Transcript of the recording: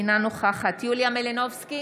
אינה נוכחת יוליה מלינובסקי,